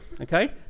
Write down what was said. okay